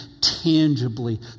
tangibly